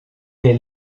est